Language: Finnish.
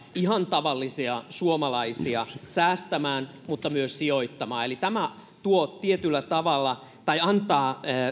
ihan tavallisia suomalaisia säästämään mutta myös sijoittamaan eli tämä tietyllä tavalla antaa